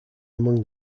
among